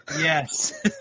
Yes